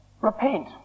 Repent